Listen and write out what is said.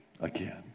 Again